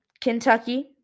Kentucky